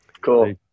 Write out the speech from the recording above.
cool